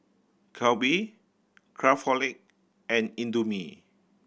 Calbee Craftholic and Indomie